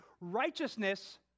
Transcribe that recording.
Righteousness